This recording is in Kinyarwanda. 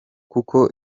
kuko